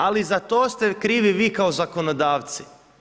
Ali za to ste krivi vi kao zakonodavci.